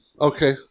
Okay